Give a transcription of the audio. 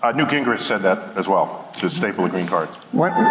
ah newt gingrich said that as well, to staple the green card.